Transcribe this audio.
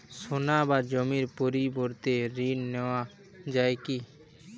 সোনা বা জমির পরিবর্তে ঋণ নেওয়া যায় কী?